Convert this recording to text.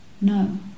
No